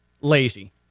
lazy